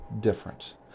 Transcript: different